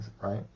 right